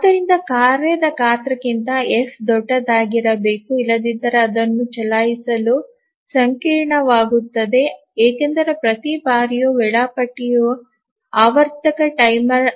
ಆದ್ದರಿಂದ ಕಾರ್ಯದ ಗಾತ್ರಕ್ಕಿಂತ ಎಫ್ ದೊಡ್ಡದಾಗಿರಬೇಕು ಇಲ್ಲದಿದ್ದರೆ ಅದನ್ನು ಚಲಾಯಿಸಲು ಸಂಕೀರ್ಣವಾಗುತ್ತದೆ ಏಕೆಂದರೆ ಪ್ರತಿ ಬಾರಿಯೂ ವೇಳಾಪಟ್ಟಿ ಆವರ್ತಕ ಟೈಮರ್